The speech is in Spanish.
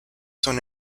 son